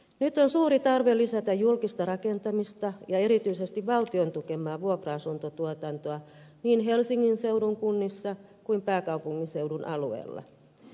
nyt on suuri tarve lisätä julkista rakentamista ja erityisesti valtion tukemaa vuokra asuntotuotantoa niin helsingin seudun kunnissa kuin pääkaupunkiseudun alueella